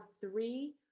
three